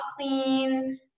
clean